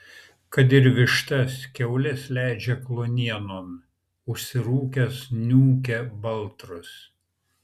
kad ir vištas kiaules leidžia kluonienon užsirūkęs niūkia baltrus